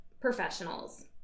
professionals